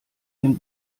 den